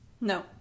No